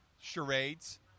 Charades